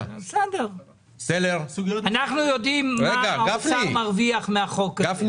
אנחנו יודעים מה האוצר מרוויח מהחוק הזה.